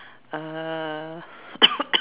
uh